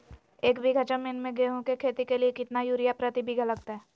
एक बिघा जमीन में गेहूं के खेती के लिए कितना यूरिया प्रति बीघा लगतय?